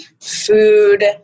food